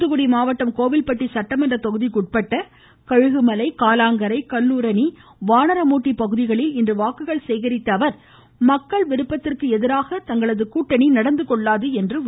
தூத்துக்குடி மாவட்டம் கோவில்பட்டி சட்டமன்ற தொகுதிக்குட்பட்ட கழுகுமலை காலாங்கரை கல்லூரணி வானரமூட்டி பகுதிகளில் இன்று வாக்குகள்சேகரித்த அவர் மக்கள் விருப்பத்திற்கு எதிராக தங்களது கூட்டணி நடந்துகொள்ளாது என்றார்